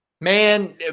Man